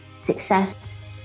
success